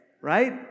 right